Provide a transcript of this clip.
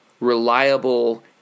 reliable